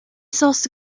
sásta